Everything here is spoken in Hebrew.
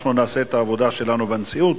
אנחנו נעשה את העבודה שלנו בנשיאות,